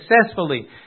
Successfully